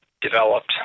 developed